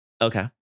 Okay